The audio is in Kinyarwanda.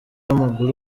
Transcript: w’amaguru